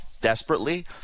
desperately